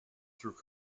through